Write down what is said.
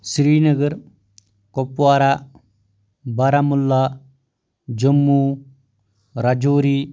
Srinagar Kupwara Baramulla Jammu Rajouri